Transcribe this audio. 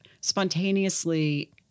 spontaneously